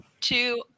two